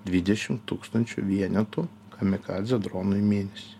dvidešim tūkstančių vienetų kamikadze dronų į mėnesį